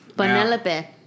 Penelope